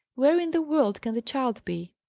where in the world can the child be?